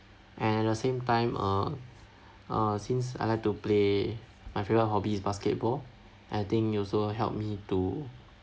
and at the same time uh uh since I like to play my favourite hobby is basketball I think it also helped me to